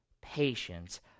patience